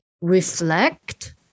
reflect